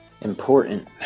Important